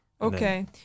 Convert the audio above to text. Okay